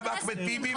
גם אחמד טיבי.